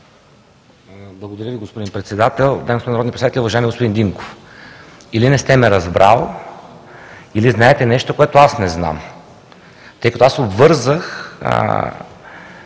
Благодаря Ви, господин Председател. Дами и господа народни представители! Уважаеми господин Динков, или не сте ме разбрал, или знаете нещо, което аз не знам, тъй като аз обвързах